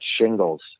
shingles